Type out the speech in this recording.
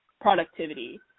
productivity